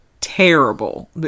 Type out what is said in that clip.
terrible